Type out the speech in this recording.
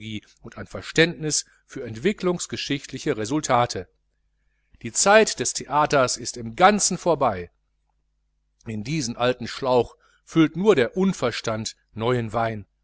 und an verständnis für entwickelungsgeschichtliche resultate die zeit des theaters ist im ganzen vorbei in diesen alten schlauch füllt nur der unverstand neuen wein